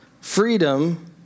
Freedom